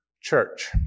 church